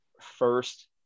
first